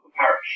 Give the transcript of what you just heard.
parish